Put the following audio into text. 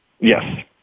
Yes